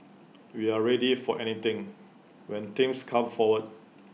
we're ready for anything when things come forward